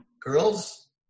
girls